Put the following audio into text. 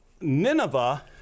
Nineveh